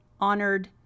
honored